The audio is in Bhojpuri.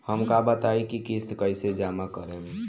हम का बताई की किस्त कईसे जमा करेम?